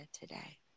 today